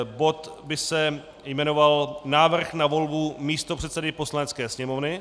Bod by se jmenoval Návrh na volbu místopředsedy Poslanecké sněmovny.